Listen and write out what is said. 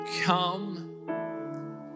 come